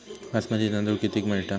बासमती तांदूळ कितीक मिळता?